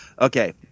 okay